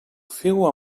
feu